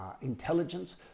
intelligence